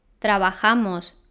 trabajamos